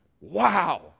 Wow